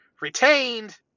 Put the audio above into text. retained